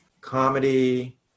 comedy